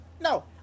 no